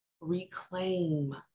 Reclaim